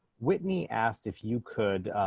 whitney asked if you could,